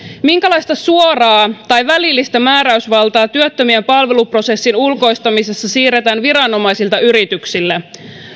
minkälaista suoraa tai välillistä määräysvaltaa työttömien palveluprosessin ulkoistamisessa siirretään viranomaisilta yrityksille